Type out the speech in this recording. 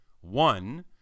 One